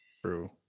True